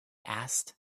asked